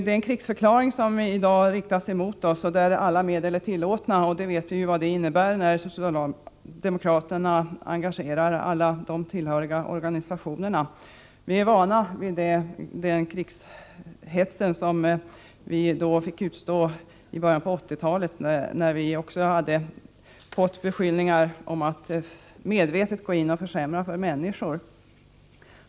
Socialdemokraterna riktar i dag en krigsförklaring mot oss. I det kriget är alla medel tillåtna — vi vet vad det innebär när socialdemokraterna engagerar alla sina organisationer. Vi har vana från den krigshets som vi fick utstå i början av 1980-talet, när det riktades beskyllningar mot oss för att vi medvetet försämrade villkoren för människorna.